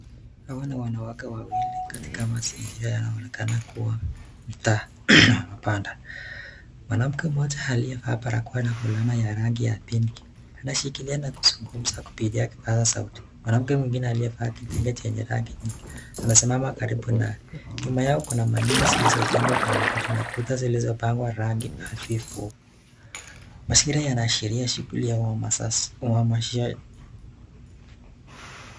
Hawa ni wanawake wawili katika mazingira inaonekana kuwa mtaa wa mabanda, mwanamke mmoja aliyevaa barakoa na fulana ya rangi ya (cs)pinki(cs) anashikilia na kuzungumza kupitia kipaza sauti. Mwanamke mwingine aliyevaa kitenge chenye rangi nyingi amesimama karibu nao nyuma yao, Kuna nyumba zilizojengwa kwa mabati na kuta zilizopakwa rangi hafifu. Mazingira inaashiria shughuli za uhamasishaji.